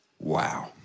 wow